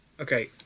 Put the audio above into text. Okay